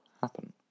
happen